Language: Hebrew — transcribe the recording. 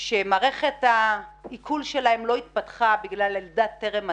שמערכת העיכול שלהם לא התפתחה בגלל לידה טרם הזמן,